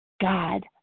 God